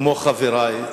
כמו חברי,